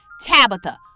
Tabitha